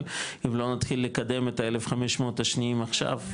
אבל אם לא נתחיל לקדם את ה-1,500 השניים עכשיו,